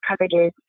coverages